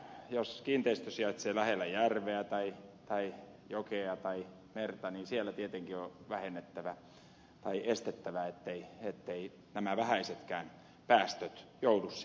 jos kiinteistö sijaitsee lähellä järveä tai jokea tai merta niin siellä tietenkin on vähennettävä tai estettävä etteivät nämä vähäisetkään päästöt joudu sinne vesistöön